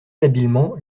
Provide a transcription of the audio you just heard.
habilement